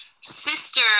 sister